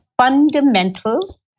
fundamental